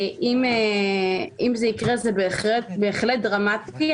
אם זה יקרה זה בהחלט דרמטי.